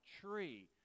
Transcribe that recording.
tree